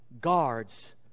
guards